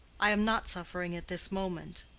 i am not suffering at this moment.